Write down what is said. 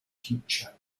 future